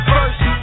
First